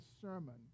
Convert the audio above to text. sermon